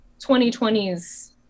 2020s